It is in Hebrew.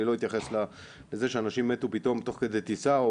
אני לא אתייחס לזה שאנשים מתו פתאום תוך כדי טיסה.